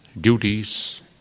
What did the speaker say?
duties